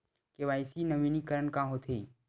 KYC नवीनीकरण का होथे?